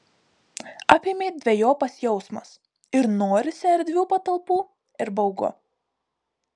apėmė dvejopas jausmas ir norisi erdvių patalpų ir baugu